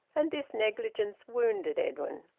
and this negligence wounded edwin.